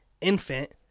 infant